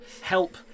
help